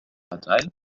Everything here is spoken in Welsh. gadael